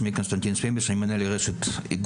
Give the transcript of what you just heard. שמי קונסנטין שוויביש ואני מנהל איגום,